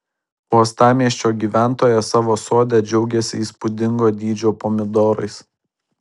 uostamiesčio gyventojas savo sode džiaugiasi įspūdingo dydžio pomidorais